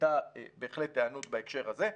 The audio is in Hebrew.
הייתה בהחלט היענות בהקשר הזה.